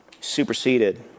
superseded